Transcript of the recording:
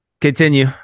Continue